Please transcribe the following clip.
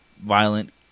violent